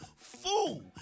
fool